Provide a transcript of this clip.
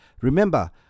Remember